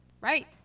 Right